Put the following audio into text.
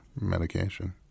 medication